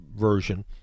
version